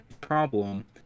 problem